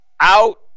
out